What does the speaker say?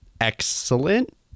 excellent